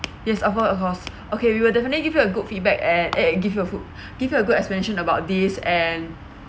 yes of course of course okay we will definitely give you a good feedback eh give you a food give you a good explanation about this and